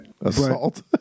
Assault